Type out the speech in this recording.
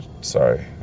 Sorry